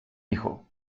hijo